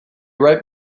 right